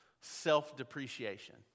self-depreciation